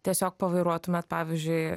tiesiog pavairuotumėt pavyzdžiui